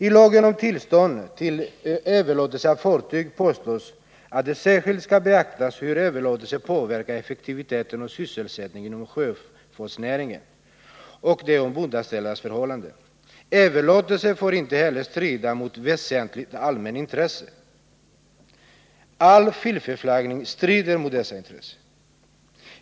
Tlagen om tillstånd om överlåtelse av fartyg föreskrivs ”att det särskilt skall beaktas hur överlåtelse påverkar effektiviteten och sysselsättningen inom sjöfartsnäringen och de ombordanställdas förhållanden”. Överlåtelse får inte heller ”strida mot väsentligt allmänt intresse”.